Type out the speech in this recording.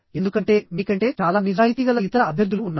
ఎందుకంటే మీకంటే చాలా నిజాయితీగల ఇతర అభ్యర్థులు ఉన్నారు